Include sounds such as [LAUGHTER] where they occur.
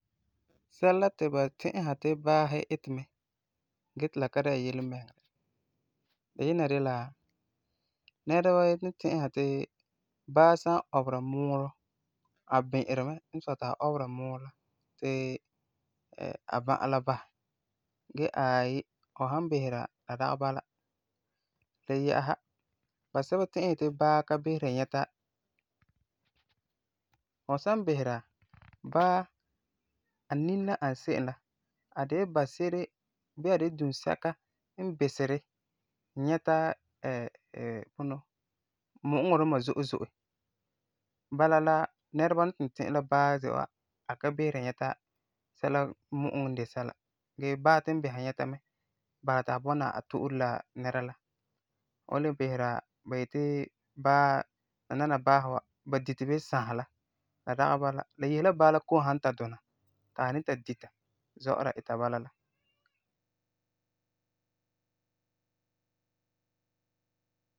Sɛla ti ba ti'isera ti baasi iti mɛ gee ti la ka dɛna yelemiŋerɛ. Diyina de la, nɛreba ni ti'isera ti baa san ɔbera muurɔ a bi'iri mɛ n sɔɛ ti a ɔbera muurɔ ti a bã'a la basɛ gee aayi, fu san bisera la dagi bala. Le yɛsera basɛba ti'isɛ ti baa ka biseri nyɛta, fu san bisera, baa, a nini la n ani se'em la, a de la ba-se'ere bii a de la dunsɛka n biseri nyɛta [EM EM] bunɔ, mu'uŋɔ duma zo'e zo'e, bala la nɛreba ni tugum ti'isɛ la baa ze wa a ka biseri nyɛta sɛla, mu'uŋɔ n de sɛla gee baa tugum bisera nyɛta mɛ, n basɛ ti a bɔna a to'ore la nɛra la. Fu san le bisera ba yeti baa, nanana baasi wa, ba diti bii sãsi la, la dagi bala. La yese la baa la kom san ta duŋa ti a ni ta dita zɔ'ɔra, ita bala la.